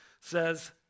says